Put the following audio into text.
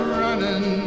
running